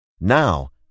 Now